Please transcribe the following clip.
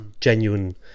genuine